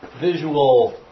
visual